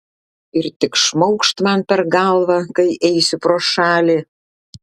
ir tik šmaukšt man per galvą kai eisiu pro šalį